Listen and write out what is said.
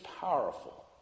powerful